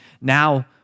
now